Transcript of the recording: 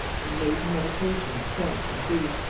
in maiden meditation, fancy-free.